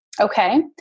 Okay